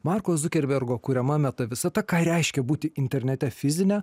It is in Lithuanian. marko zukerbergo kuriama meta visata ką reiškia būti internete fizine